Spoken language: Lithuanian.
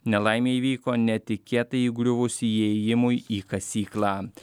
nelaimė įvyko netikėtai įgriuvus įėjimui į kasyklą